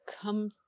come